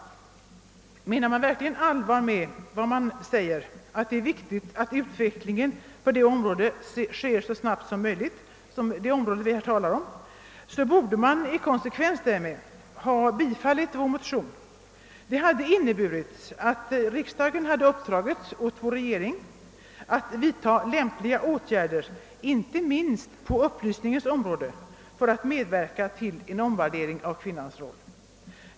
Menar man verkligen allvar med vad man säger, nämligen att det är viktigt att utvecklingen på det område vi här talar om sker så snabbt som möjligt, borde man i konsekvens därmed ha bifallit vår motion. Detta hade inneburit att riksdagen uppdragit åt regeringen att vidta lämpliga åtgärder, inte minst på upplysningens område, för att medverka till en omvärdering av kvinnans roll.